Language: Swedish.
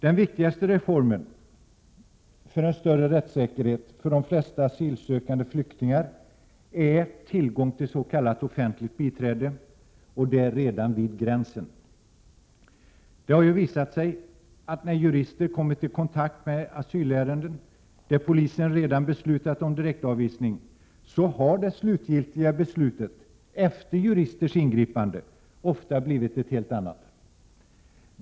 Den viktigaste reformen för en större rättssäkerhet för de flesta asylsökande flyktingar är tillgång till s.k. offentligt biträde och det redan vid gränsen. Det har ju visat sig att när jurister kommit i kontakt med asylärenden, där polisen redan beslutat om direktavvisning, har det slutgiltiga beslutet, alltså efter juristers ingripande, ofta blivit ett helt annat.